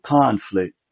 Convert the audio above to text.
conflict